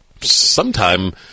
sometime